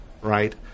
right